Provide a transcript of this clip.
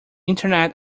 internet